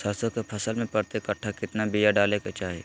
सरसों के फसल में प्रति कट्ठा कितना बिया डाले के चाही?